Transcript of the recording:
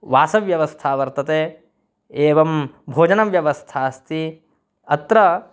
वासव्यवस्था वर्तते एवं भोजनव्यवस्था अस्ति अत्र